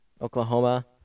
Oklahoma